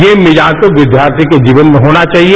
ये मिजाज तो विद्यार्थी के जीवन में होना चाहिए